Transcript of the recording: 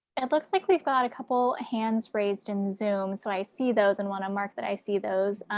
and it looks like we've got a couple hands raised in zoom so i see those and want to mark that i see those,